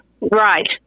right